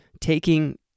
taking